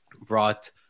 brought